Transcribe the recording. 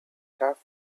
turf